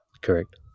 Correct